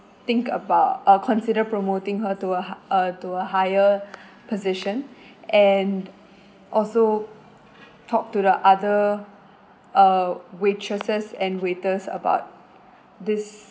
think about uh consider promoting her to a hi~ uh to a higher position and also talk to the other uh waitresses and waiters about this